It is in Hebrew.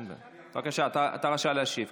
בבקשה, אתה רשאי להשיב.